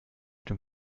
dem